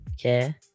okay